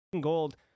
Gold